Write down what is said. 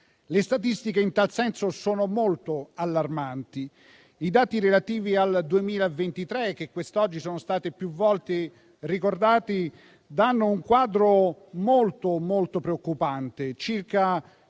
Le statistiche in tal senso sono molto allarmanti. I dati relativi al 2023, che quest'oggi sono stati più volte ricordati, danno un quadro molto preoccupante,